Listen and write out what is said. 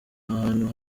ahantu